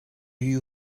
you